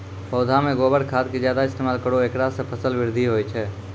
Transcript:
पौधा मे गोबर खाद के ज्यादा इस्तेमाल करौ ऐकरा से फसल बृद्धि होय छै?